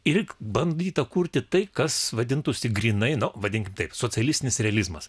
ir bandyta kurti tai kas vadintųsi grynai nu vadinkim taip socialistinis realizmas